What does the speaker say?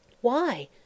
Why